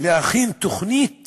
להכין תוכנית